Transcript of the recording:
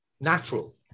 natural